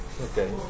Okay